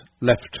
left